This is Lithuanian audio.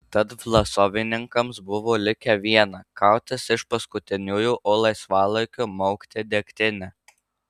tad vlasovininkams buvo likę viena kautis iš paskutiniųjų o laisvalaikiu maukti degtinę